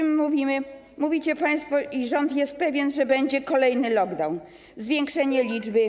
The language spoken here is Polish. Mówicie państwo i rząd jest pewien, że będzie kolejny lockdown, zwiększenie liczby.